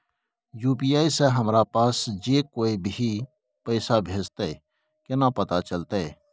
UPI से हमरा पास जे कोय भी पैसा भेजतय केना पता चलते?